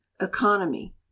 economy